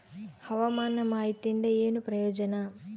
ಹವಾಮಾನ ಮಾಹಿತಿಯಿಂದ ಏನು ಪ್ರಯೋಜನ?